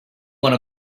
one